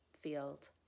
field